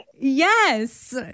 Yes